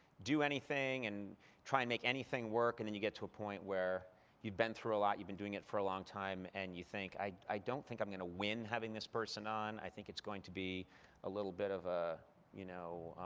do anything and try and make anything work. and then you get to a point where you've been through a lot, you've been doing it for a long time, and you think, i don't think i'm going to win having this person on. i think it's going to be a little bit of a you know